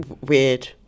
weird